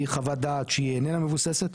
היא חוות דעת שהיא איננה מבוססת,